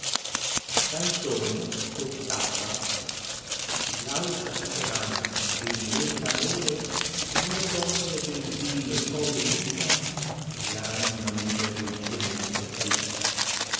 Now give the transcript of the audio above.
canzone iii j alta speranza che mi reca amore d nna donna gentile ch ho veduta l anima mia dolcemente saluta